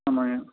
ஆமாம்ங்க